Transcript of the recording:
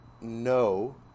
No